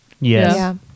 Yes